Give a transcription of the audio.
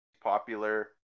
popular